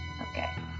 Okay